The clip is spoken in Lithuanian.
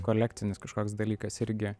kolekcinis kažkoks dalykas irgi